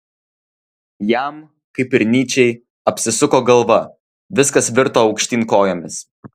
jam kaip ir nyčei apsisuko galva viskas virto aukštyn kojomis